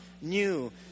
new